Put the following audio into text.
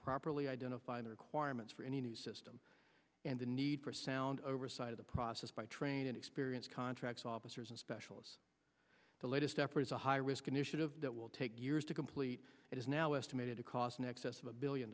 properly identify the requirements for any new system and the need for sound oversight of the process by trained and experienced contracts officers and specialists the latest effort is a high risk initiative that will take years to complete it is now estimated to cost in excess of a billion